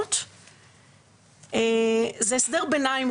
מנהליות זה הסדר ביניים,